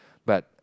but